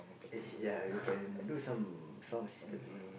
ya we can do some some